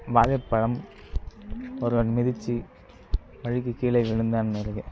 வாழைப்பழம் ஒருவன் மிதிச்சு வழுக்கி கீழே விழுந்தான்னு இருக்குது